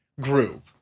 group